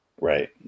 Right